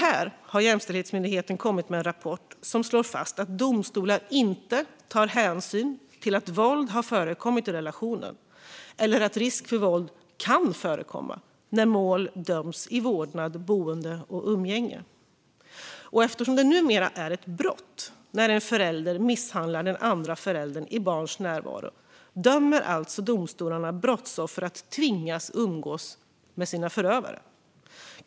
Här har Jämställdhetsmyndigheten kommit med en rapport som slår fast att domstolar när de dömer i mål gällande vårdnad, boende och umgänge inte tar hänsyn till att våld har förekommit i relationen eller att risk för våld kan förekomma. Eftersom det numera är ett brott när en förälder misshandlar den andra föräldern i barns närvaro dömer alltså domstolarna brottsoffer att tvingas umgås med sina förövare.